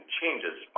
changes